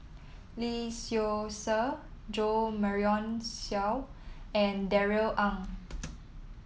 Lee Seow Ser Jo Marion Seow and Darrell Ang